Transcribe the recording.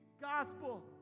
gospel